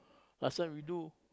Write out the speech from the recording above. last time we do